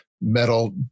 metal